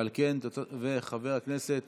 ואת חברי הכנסת